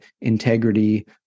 integrity